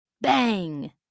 Bang